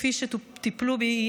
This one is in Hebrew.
כפי שטיפלו בי,